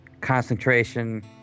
Concentration